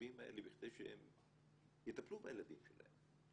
המשאבים האלה כדי שהם יטפלו בילדים שלהם.